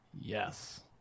Yes